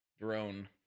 drone